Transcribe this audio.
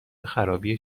خرابی